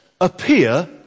appear